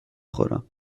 خورم